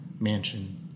mansion